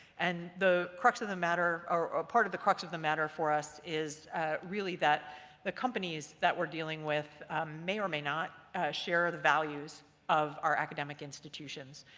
and the crux of the matter, or part of the crux of the matter for us, is really that the companies that we're dealing with may or may not share the values of our academic institutions,